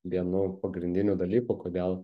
vienu pagrindinių dalykų kodėl